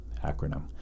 acronym